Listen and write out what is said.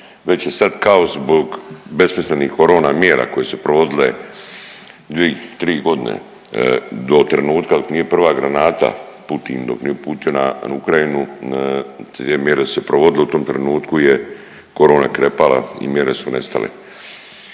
već je sad kaos zbog besmislenih korona mjera koje su se provodile 2-3.g. do trenutka dok nije prva granata, Putin dok nije uputio na Ukrajinu te mjere su se provodile, u tom trenutku je korona krepala i mjere su nestale.